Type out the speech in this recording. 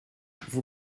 vous